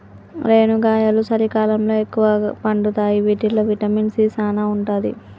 రేనుగాయలు సలికాలంలో ఎక్కుగా పండుతాయి వీటిల్లో విటమిన్ సీ సానా ఉంటది